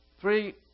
three